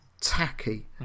tacky